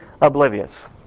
oblivious